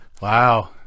wow